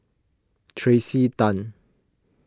Tracey Tan